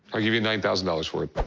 i'll give you nine thousand dollars for it.